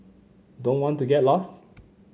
don't want to get lost